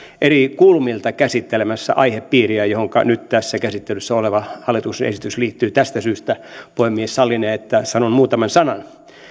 eri kulmilta käsittelemässä aihepiiriä johonka nyt tässä käsittelyssä oleva hallituksen esitys liittyy tästä syystä puhemies sallinee että sanon muutaman sanan